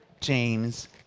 James